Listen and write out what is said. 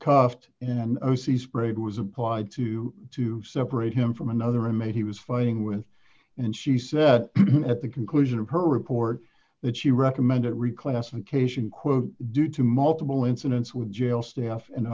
cuffed and o c sprayed was applied to to separate him from another inmate he was fighting with and she said at the conclusion of her report that she recommended reclassification quote due to multiple incidents with jail staff and othe